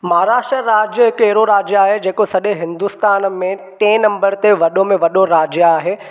महाराष्ट्र राज्य हिकु अहिड़ो राज्य आहे जेको सॼे हिंदुस्तान में टे नंबर ते वॾो में वॾो राज्य आहे